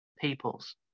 peoples